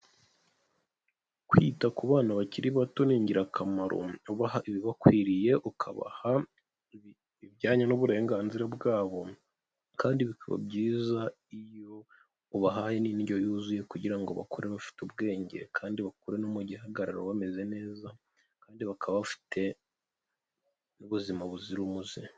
Kwita ku bana bakiri bato ni ingirakamaro ubaha ibibakwiriye ukabaha ibijyanye n'uburenganzira bwabo kandi bikaba byiza iyo ubahaye n' indyo yuzuye kugira ngo bakore bafite ubwenge kandi bakure no mu gihagararo bameze neza kandi bakaba bafite n'ubuzima buzira umuze.